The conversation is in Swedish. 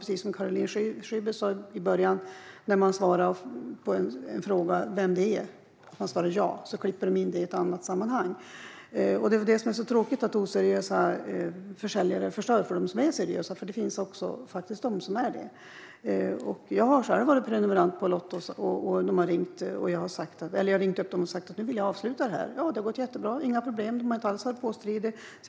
Precis som Caroline Szyber sa tidigare förekommer det att man svarar "ja" på en fråga, och så klipps det sedan in i ett annat sammanhang. Det är tråkigt att oseriösa försäljare förstör för dem som är seriösa - det finns ju faktiskt de som är seriösa. Jag har själv varit prenumerant på lotter. Då har jag ringt upp och sagt att jag vill avsluta prenumerationen, och det har gått jättebra. Det har inte varit några problem, och de har inte alls varit påstridiga.